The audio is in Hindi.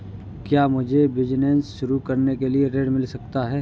क्या मुझे बिजनेस शुरू करने के लिए ऋण मिल सकता है?